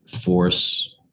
force